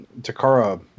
Takara